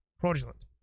fraudulent